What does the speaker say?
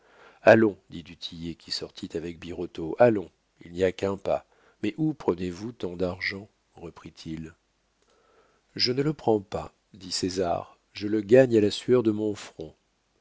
allons dit du tillet qui sortit avec birotteau allons il n'y a qu'un pas mais où prenez-vous tant d'argent reprit-il je ne le prends pas dit césar je le gagne à la sueur de mon front